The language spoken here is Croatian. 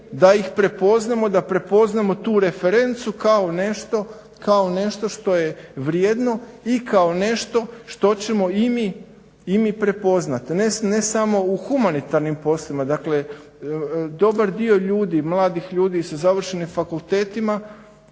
da ih prepoznamo i da prepoznamo tu referencu kao nešto što je vrijedno i kao nešto što ćemo i mi prepoznati, ne samo u humanitarnim poslovima. Dakle, dobar dio ljudi mladih ljudi sa završenim fakultetima